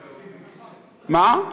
אלה,